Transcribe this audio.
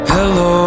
Hello